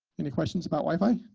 any questions about wi-fi?